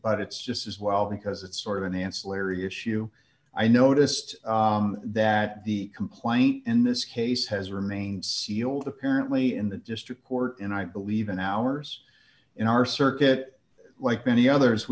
but it's just as well because it's sort of an ancillary issue i noticed that the complaint in this case has remained sealed apparently in the district court and i believe in ours in our circuit like many others